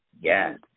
Yes